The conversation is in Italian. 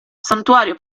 santuario